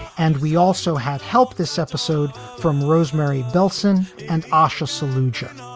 and we also have helped this episode from rosemary bellson and osher solution. um